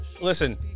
Listen